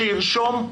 שירשום,